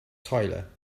tyler